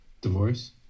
Divorce